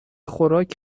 خوراک